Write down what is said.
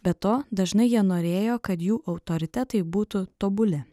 be to dažnai jie norėjo kad jų autoritetai būtų tobuli